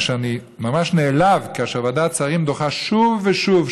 אני ממש נעלב כאשר ועדת השרים דוחה שוב ושוב,